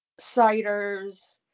ciders